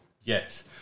Yes